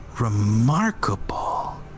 Remarkable